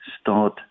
start